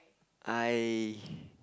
I